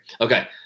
Okay